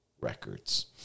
records